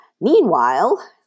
meanwhile